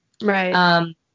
Right